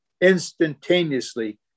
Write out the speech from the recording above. Instantaneously